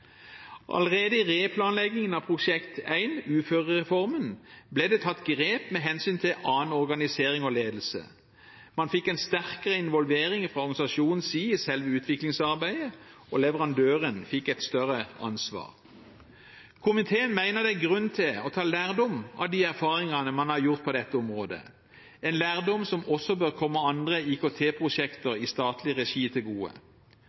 Allerede i replanleggingen av Prosjekt 1, uførereformen, ble det tatt grep med hensyn til annen organisering og ledelse. Man fikk en sterkere involvering fra organisasjonenes side i selve utviklingsarbeidet, og leverandøren fikk et større ansvar. Komiteen mener det er grunn til å ta lærdom av de erfaringene man har gjort på dette området, en lærdom som også bør komme andre IKT-prosjekter i statlig regi til gode.